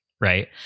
Right